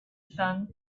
sun